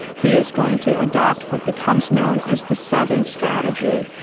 he is going to adopt what becomes known as the southern strategy,